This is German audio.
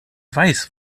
weiß